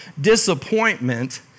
disappointment